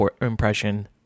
impression